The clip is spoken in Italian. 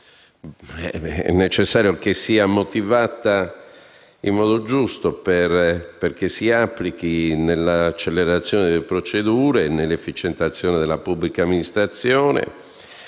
è necessario che sia motivata in modo giusto perché si applichi nell'accelerazione delle procedure e nell'efficientamento della pubblica amministrazione,